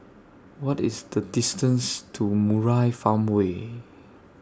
What IS The distance to Murai Farmway